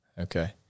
Okay